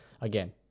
Again